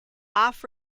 off